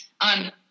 on